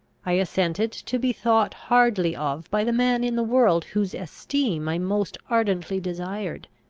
i assented to be thought hardly of by the man in the world whose esteem i most ardently desired,